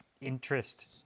interest